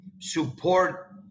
support